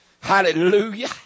Hallelujah